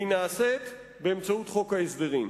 והיא נעשית באמצעות חוק ההסדרים,